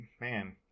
man